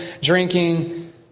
drinking